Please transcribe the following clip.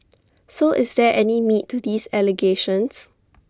so is there any meat to these allegations